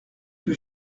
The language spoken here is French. que